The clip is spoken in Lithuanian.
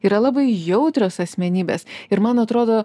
yra labai jautrios asmenybės ir man atrodo